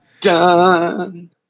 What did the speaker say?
Done